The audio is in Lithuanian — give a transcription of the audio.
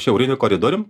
šiauriniu koridorium